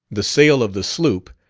the sail of the sloop,